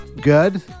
Good